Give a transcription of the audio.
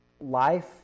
life